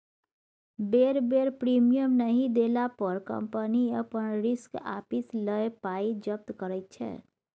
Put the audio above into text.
बेर बेर प्रीमियम नहि देला पर कंपनी अपन रिस्क आपिस लए पाइ जब्त करैत छै